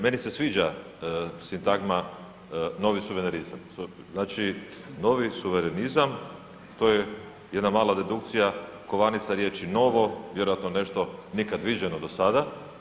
Meni se sviđa sintagma novi suverenizam, znači novi suverenizam, to je jedna mala dedukcija kovanice riječi novo, vjerojatno nešto nikad viđeno do sada.